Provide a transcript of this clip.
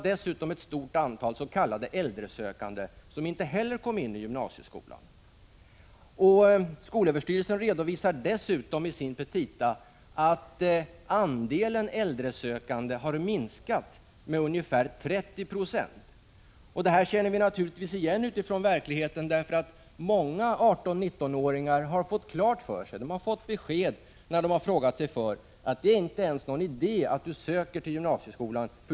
Dessutom var det ett stort antal s.k. äldresökande som inte heller kom in. Av skolöverstyrelsens petita framgår också att andelen äldresökande har minskat med ungefär 30 20. Det här känner vi naturligtvis igen, med tanke på hur det är i verkligheten. Många 18—19-åringar har ju, efter att ha hört sig för om utsikterna att bli antagna, fått följande besked: Det är ingen idé att ens söka till gymnasieskolan.